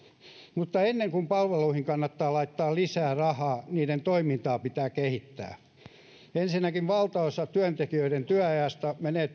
mutta ennen kuin palveluihin kannattaa laittaa lisää rahaa niiden toimintaa pitää kehittää ensinnäkin valtaosa työntekijöiden työajasta menee